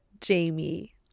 Jamie